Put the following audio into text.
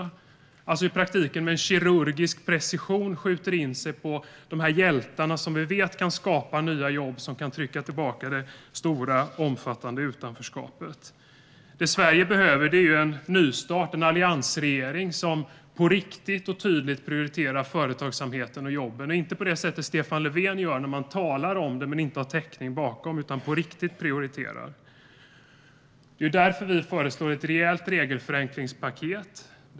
I praktiken skjuter man alltså med en kirurgisk precision in sig på de hjältar som vi vet kan skapa nya jobb och som kan trycka tillbaka det omfattande utanförskapet. Det Sverige behöver är en nystart och en alliansregering som på riktigt och tydligt prioriterar företagsamheten och jobben. Man ska inte göra på det sätt som Stefan Löfven gör - han talar om det men har inte täckning för det. Man ska prioritera på riktigt. Det är därför vi föreslår ett rejält regelförenklingspaket.